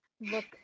look